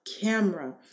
camera